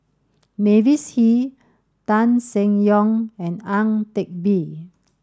Mavis Hee Tan Seng Yong and Ang Teck Bee